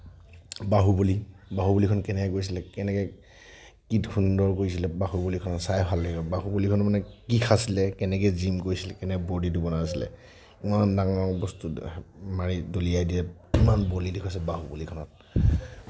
বাহুবলী বাহুবলীখন কেনেকৈ কৰিছিলে কেনেকৈ কি সুন্দৰ কৰিছিলে বাহুবলীখন চায়েই ভাল লাগি গ'ল বাহুবলীখন মানে কি খাইছিলে কেনেকৈ জিম গৈছিলে কেনেকৈ বডীটো বনাইছিলে ইমান ডাঙৰ বস্তু মাৰি দলিয়াই দিয়ে ইমান বলী দেখুৱাইছে বাহুবলীখনত